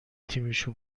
تیمشو